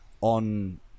on